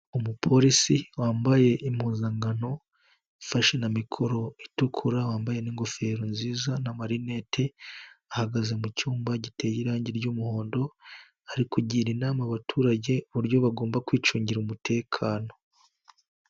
Umupolisi wambaye impuzankano, ufashe na mikoro itukura, wambaye n'ingofero nziza n'amarinete, ahagaze mu cyumba giteye irangi ry'umuhondo, ari kugira inama abaturage uburyo bagomba kwicungira umutekano.